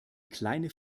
kleine